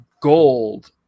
gold